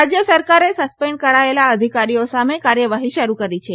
રાજ્ય સરકારે સસ્પેન્ડ કરાયેલા અધિકારીઓ સામે કાર્યવાહી શરૂ કરી છે